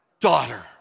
Daughter